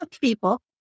people